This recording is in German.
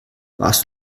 warst